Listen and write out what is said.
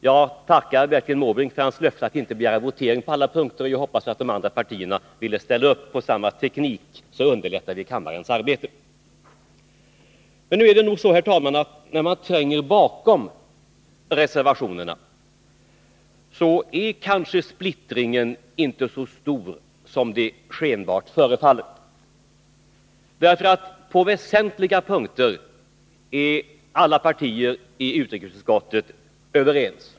Jag tackar Bertil Måbrink för hans löfte att inte begära votering på alla punkter, och jag hoppas att de andra partiernas företrädare vill ställa upp på samma teknik för att underlätta kammarens arbete. Men nu är det nog så, herr talman, att när man tränger bakom reservationerna är kanske splittringen inte så stor som det skenbart förefaller, därför att på väsentliga punkter är alla partier i utrikesutskottet överens.